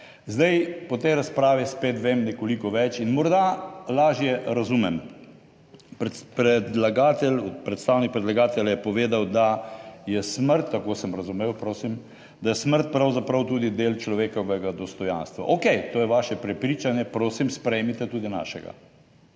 Zdaj, po tej razpravi spet vem nekoliko več in morda lažje razumem, predlagatelj, predstavnik predlagatelja je povedal, da je smrt, tako sem razumel prosim, da je smrt pravzaprav tudi del človekovega dostojanstva. Okej. To je vaše prepričanje, prosim sprejmite tudi našega,